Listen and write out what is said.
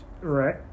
Right